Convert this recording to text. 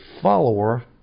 follower